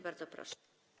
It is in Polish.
Bardzo proszę.